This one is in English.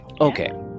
okay